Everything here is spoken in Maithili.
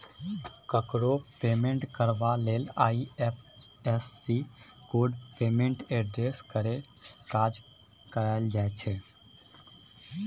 ककरो पेमेंट करबाक लेल आइ.एफ.एस.सी कोड पेमेंट एड्रेस केर काज करय छै